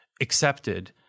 accepted